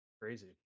crazy